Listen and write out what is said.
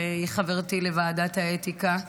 שהיא חברתי לוועדת האתיקה,